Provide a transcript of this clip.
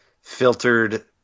filtered